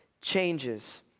changes